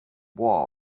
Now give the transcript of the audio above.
wall